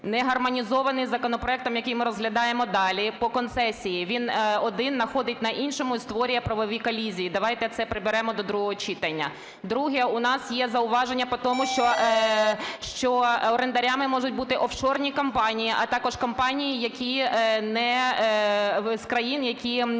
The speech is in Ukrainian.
не гармонізований з законопроектом, який ми розглядаємо далі по концесії. Він один находить на іншого і створює правові колізії. Давайте це приберемо до другого читання. Друге. У нас є зауваження по тому, що орендарями можуть бути офшорні компанії, а також компанії, які з країн, які, скажемо